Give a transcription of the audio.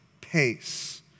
pace